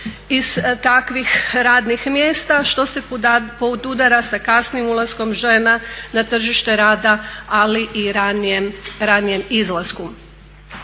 iz takvih radnih mjesta što se podudara sa kasnim ulaskom žena na tržište rada ali i ranijem izlasku.